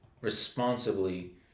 responsibly